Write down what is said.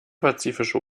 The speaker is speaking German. pazifische